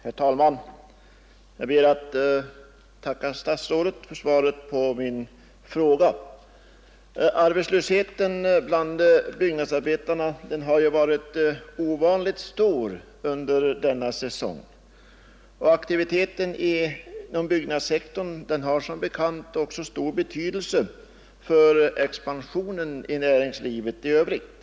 Herr talman! Jag ber att få tacka statsrådet för svaret på min fråga. Arbetslösheten bland byggnadsarbetarna har varit ovanligt stor under denna säsong, och aktiviteten inom byggnadssektorn har som bekant även stor betydelse för expansionen inom näringslivet i övrigt. Bl.